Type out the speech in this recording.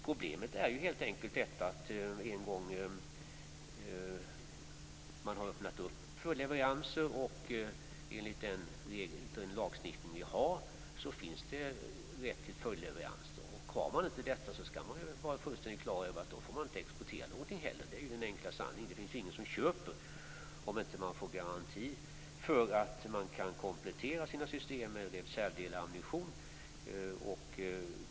Problemet är helt enkelt att man en gång öppnat för leveranser, och enligt den lagstiftning vi har finns det rätt till följdleveranser. Har man inte en sådan rätt får man inte heller exportera något. Det är den enkla sanningen. Det finns ingen som köper om man inte får en garanti för att man kan komplettera sina system med reservdelar och ammunition.